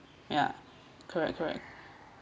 yeah correct correct